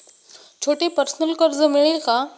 छोटे पर्सनल कर्ज मिळेल का?